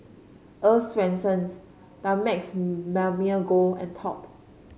Earl's Swensens Dumex Mamil Gold and Top